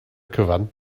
cyfan